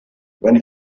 when